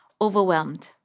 overwhelmed